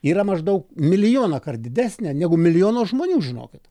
yra maždaug milijoną kart didesnė negu milijono žmonių žinokit